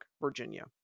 Virginia